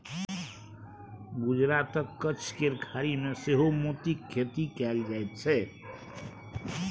गुजरातक कच्छ केर खाड़ी मे सेहो मोतीक खेती कएल जाइत छै